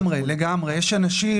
לגמרי, יש אנשים